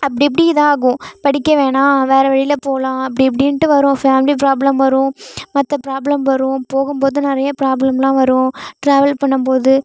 அப்படி இப்படி இதாகும் படிக்க வேணாம் வேறு வழியில் போகலாம் அப்படி இப்படின்ட்டு வரும் ஃபேமிலி ப்ராப்ளம் வரும் மற்ற ப்ராப்ளம் வரும் போகும் போது நிறைய பிராப்ளம்லாம் வரும் ட்ராவல் பண்ணும் போது